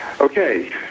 Okay